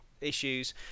issues